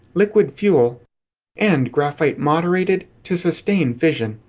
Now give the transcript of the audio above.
liquid-fuel, and graphite-moderated to sustain fission.